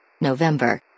November